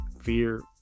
fear